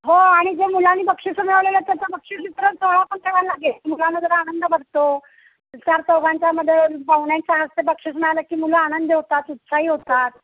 हो आणि जर मुलांनी बक्षीसं मिळवलेले आहेत त्याचं बक्षीस वितरण सोहळा पण ठेवायला लागेल मुलांना जरा आनंद भरतो चारचौघांच्यामध्ये पाहुण्याच्या हस्ते बक्षीस मिळालं की मुलं आनंदी होतात उत्साही होतात